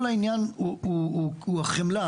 כל העניין הוא החמלה.